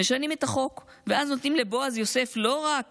משנים את החוק, ואז נותנים לבועז יוסף לא רק